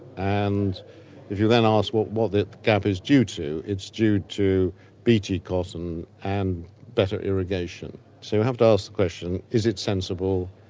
and if you then ask what that gap is due to, it's due to bt cotton and better irrigation. so we have to ask the question is it sensible?